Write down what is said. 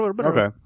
Okay